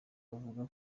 bavuga